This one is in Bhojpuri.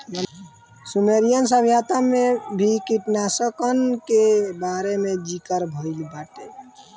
सुमेरियन सभ्यता में भी कीटनाशकन के बारे में ज़िकर भइल बाटे